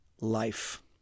life